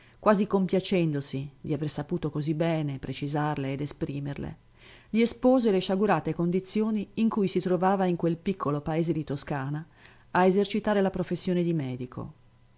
quasi compiacendosi di aver saputo così bene precisarle ed esprimerle gli espose le sciagurate condizioni in cui si trovava in quel piccolo paese di toscana a esercitare la professione di medico